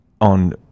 on